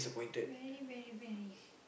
very very very